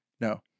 No